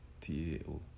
T-A-O